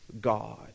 God